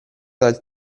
dal